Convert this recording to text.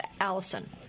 Allison